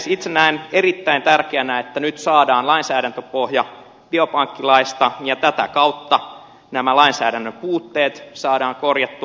itse näen erittäin tärkeänä että nyt saadaan lainsäädäntöpohja biopankkilaista ja tätä kautta nämä lainsäädännön puutteet saadaan korjattua